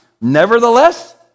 Nevertheless